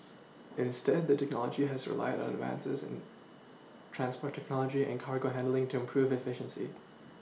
instead the did knowledge has relied on advances in transport technology and cargo handling to improve efficiency